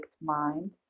mind